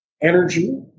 energy